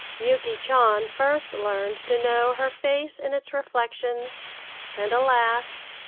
yuki chan first learned to know her face in its reflections and, alas!